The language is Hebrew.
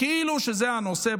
כאילו זה הנושא,